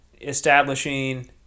establishing